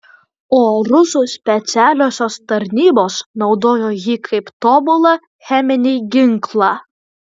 o rusų specialiosios tarnybos naudojo jį kaip tobulą cheminį ginklą